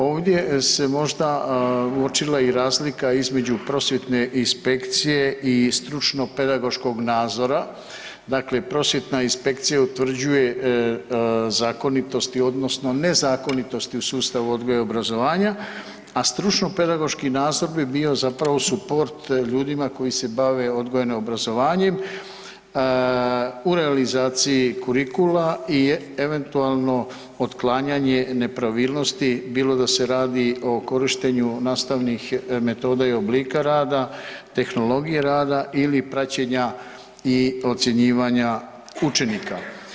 Ovdje se možda uočila razlika između prosvjetne inspekcije i stručno-pedagoškog nadzora, dakle, prosvjetna inspekcija utvrđuje znanosti, odnosno nezakonitosti u stavu odgoja i obrazovanja, a stručno pedagoški nadzor bi zapravo bio suport ljudima koji se bave odgojno obrazovanjem u realizaciji kurikula i eventualno otklanjanje nepravilnosti bilo da se radi o korištenju nastavnih metoda i oblika rada, tehnologije rada i li praćenja i ocjenjivanja učenika.